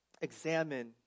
examine